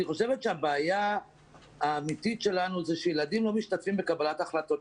אני חושבת שהבעיה האמיתית שלנו זה שילדים לא משתתפים בקבלת החלטות.